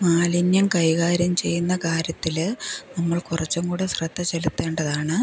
മാലിന്യം കൈകാര്യം ചെയ്യുന്ന കാര്യത്തില് നമ്മൾ കുറച്ചും കൂടെ ശ്രദ്ധ ചെലുത്തേണ്ടതാണ്